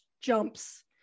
jumps